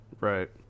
Right